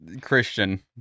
Christian